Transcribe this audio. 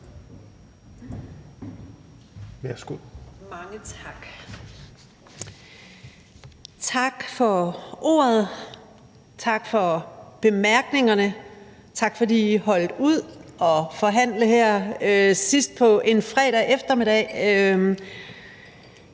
(SF): Mange tak. Tak for ordet, tak for bemærkningerne. Tak, fordi I holdt ud til at forhandle her sidst på en fredag eftermiddag.